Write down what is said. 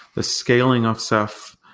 the scaling of ceph,